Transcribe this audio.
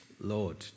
Lord